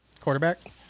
quarterback